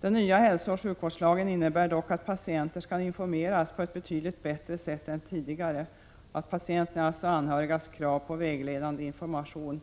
Den nya hälsooch sjukvårdslagen innebär dock att patienter skall informeras på ett betydligt bättre sätt än tidigare, och patienternas och anhörigas krav på vägledande information